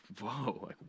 Whoa